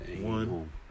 one